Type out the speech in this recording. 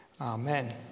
Amen